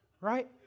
right